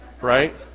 Right